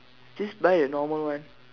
just buy a normal one